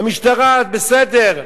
המשטרה, בסדר,